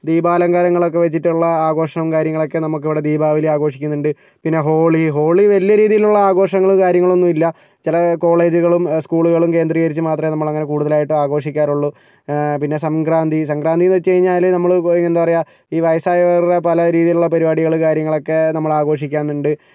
ദീപാലങ്കാരങ്ങളൊക്കെ വെച്ചിട്ടുള്ള ആഘോഷവും കാര്യങ്ങളൊക്കെ നമുക്കിവിടെ ദീപാവലി ആഘോഷിക്കുന്നുണ്ട് പിന്നെ ഹോളി ഹോളി വലിയ രീതിയിലുള്ള ആഘോഷങ്ങൾ കാര്യങ്ങൾ ഒന്നു ഇല്ല ചില കോളേജുകളും സ്കൂളുകളും കേന്ദ്രീകരിച്ച് മാത്രമേ നമ്മളങ്ങനെ കൂടുതലായിട്ടും ആഘോഷിക്കാറുള്ളൂ പിന്നെ സംക്രാന്തി സംക്രാന്തിയെന്ന് വെച്ച് കഴിഞ്ഞാൽ നമ്മൾ എന്താ പറയുക ഈ വയസ്സായവരുടെ പല രീതിയിലുള്ള പരിപാടികൾ കാര്യങ്ങളൊക്കെ നമ്മൾ ആഘോഷിക്കാറുണ്ട്